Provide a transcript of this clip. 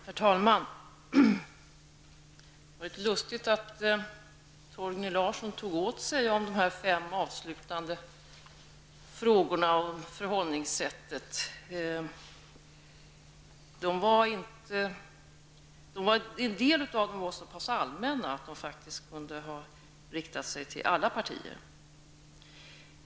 Herr talman! Det var litet lustigt att Torgny Larsson tog åt sig när det gällde de här fem avslutande frågorna om förhållningssättet. En del av dem var så pass allmänna att de faktiskt kunde ha riktats till alla partier.